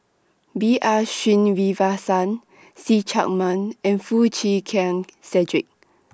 B R Sreenivasan See Chak Mun and Foo Chee Keng Cedric